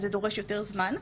אז זה דורש יותר זמן,